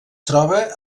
troba